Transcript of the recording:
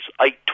eight